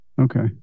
Okay